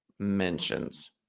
Mentions